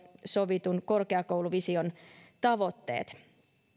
sovitun korkeakouluvision tavoitteet